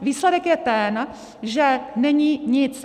Výsledek je ten, že není nic!